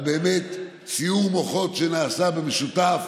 על סיעור מוחות שנעשה במשותף,